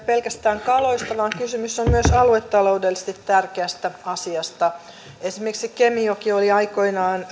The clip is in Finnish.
pelkästään kaloista vaan kysymys on myös aluetaloudellisesti tärkeästä asiasta esimerkiksi kemijoki oli aikoinaan euroopan